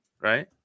right